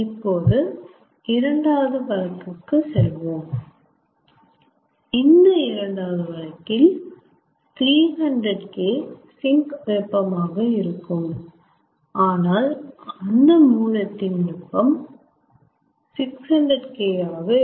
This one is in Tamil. இப்போது இரண்டாவது வழக்கிற்கு செல்வோம் இந்த இரண்டாவது வழக்கில் 300K சிங்க் வெப்பமாக இருக்கும் அனால் மூலத்தின் வெப்பம் 600K ஆக இருக்கும்